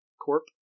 corp